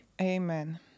Amen